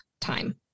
time